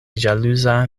ĵaluza